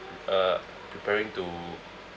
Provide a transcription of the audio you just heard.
uh preparing to